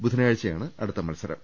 ബുധ നാഴ്ചയാണ് അടുത്ത മത്സരം